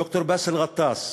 ד"ר באסל גטאס